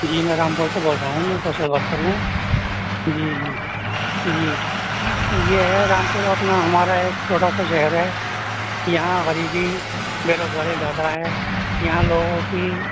جی میں رامپور سے بول رہا ہوں میں سوشل ورکر ہوں جی جی جی یہ ہے رامپور اپنا ہمارا ایک چھوٹا سا شہر ہے یہاں غریبی بے روزگاری زیادہ ہے یہاں لوگوں کی